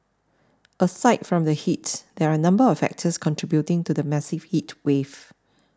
aside from the heat there are a number of factors contributing to the massive heatwave